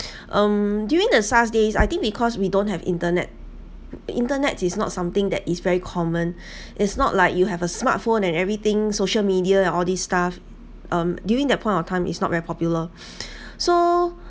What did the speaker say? um during the SARS days I think because we don't have internet internet is not something that is very common it's not like you have a smartphone and everything social media and all this stuff um during that point of time is not very popular so